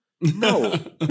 No